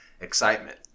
excitement